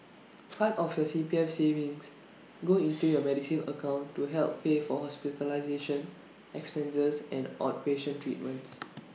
part of your C P F savings go into your Medisave account to help pay for hospitalization expenses and outpatient treatments